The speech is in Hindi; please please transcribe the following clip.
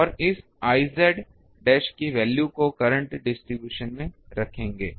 और इस I डैश की वैल्यू को करंट डिस्ट्रीब्यूशन में रखेंगे